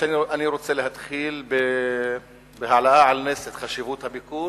שאני רוצה להתחיל בהעלאה על נס את חשיבות הביקור